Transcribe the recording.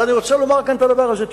אבל אני רוצה לומר כאן את הדבר הזה.